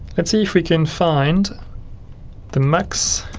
let's see if we can find the max